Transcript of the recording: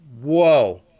Whoa